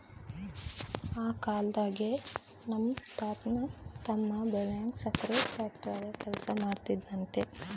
ಆ ಕಾಲ್ದಾಗೆ ನಮ್ ತಾತನ್ ತಮ್ಮ ಬೆಳಗಾಂ ಸಕ್ರೆ ಫ್ಯಾಕ್ಟರಾಗ ಕೆಲಸ ಮಾಡ್ತಿದ್ನಂತೆ